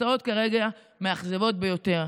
התוצאות כרגע, מאכזבות ביותר".